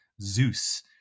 Zeus